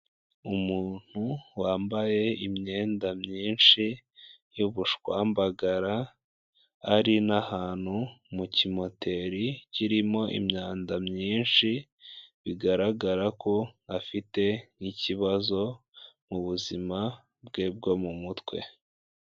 Umuntu wambaye imyenda myinshi y'ubushwambagara, ari n'ahantu mu kimoteri kirimo imyanda myinshi, bigaragara ko afite nk'ikibazo mu buzima bwe bwo mu mutwe.